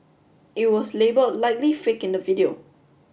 it was label likely fake in the video